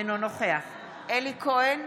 אינו נוכח אלי כהן,